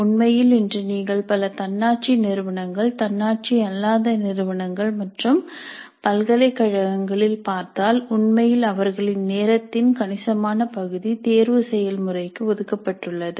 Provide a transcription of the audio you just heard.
உண்மையில் இன்று நீங்கள் பல தன்னாட்சி நிறுவனங்கள் தன்னாட்சி அல்லாத நிறுவனங்கள் மற்றும் பல்கலைக்கழகங்களில் பார்த்தால் உண்மையில் அவர்களின் நேரத்தின் கணிசமான பகுதி தேர்வு செயல்முறைக்கு ஒதுக்கப்பட்டுள்ளது